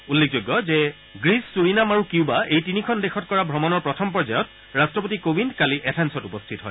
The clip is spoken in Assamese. উল্লেখযোগ্য যে গ্ৰীছ ছুৰিনাম আৰু কিউবা এই তিনিখন দেশত কৰা ভ্ৰমণৰ প্ৰথম পৰ্যায়ত ৰাট্টপতি কোবিন্দ কালি এথেন্সত উপস্থিত হয়